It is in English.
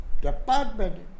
department